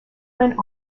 went